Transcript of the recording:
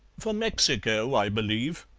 for mexico, i believe.